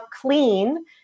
clean